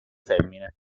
femmine